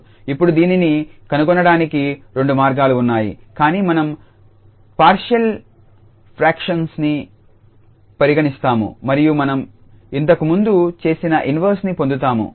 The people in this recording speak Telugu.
ఇప్పుడు దీనిని కనుగొనడానికి రెండు మార్గాలు ఉన్నాయి కానీ మనం పార్షియల్ ఫ్రాక్షన్స్ ని పరిగణిస్తాము మరియు మనం ఇంతకు ముందు చేసిన ఇన్వర్స్ ని పొందవచ్చు